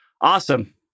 Awesome